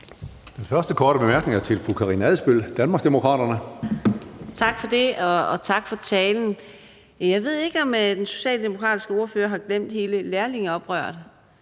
Den første korte bemærkning til ordføreren er fra fru Karina Adsbøl, Danmarksdemokraterne. Kl. 19:45 Karina Adsbøl (DD): Tak for det, og tak for talen. Jeg ved ikke, om den socialdemokratiske ordfører har glemt hele lærlingeoprøret